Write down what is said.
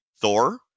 Thor